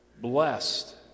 blessed